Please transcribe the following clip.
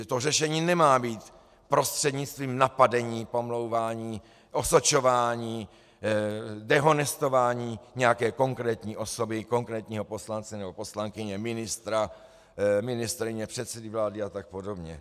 To řešení nemá být prostřednictvím napadení, pomlouvání, osočování, dehonestování nějaké konkrétní osoby, konkrétního poslance nebo poslankyně, ministra, ministryně, předsedy vlády a tak podobně.